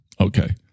Okay